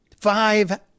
Five